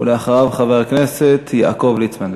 ואחריו, חבר הכנסת יעקב ליצמן.